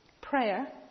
Prayer